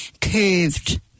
curved